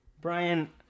Brian